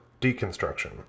deconstruction